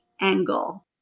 angle